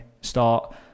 start